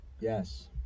yes